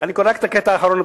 אני קורא רק את הקטע האחרון: